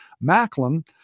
Macklin